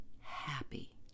happy